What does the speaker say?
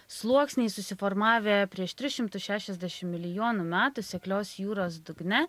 sluoksniai susiformavę prieš tris šimtus šešiasdešimt milijonų metų seklios jūros dugne